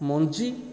ମଞ୍ଜି